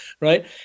Right